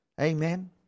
amen